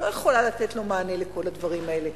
לא יכולה לתת לו מענה לכל הדברים האלה,